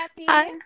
Hi